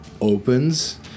opens